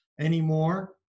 anymore